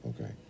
okay